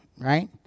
right